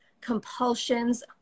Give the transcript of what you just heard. compulsions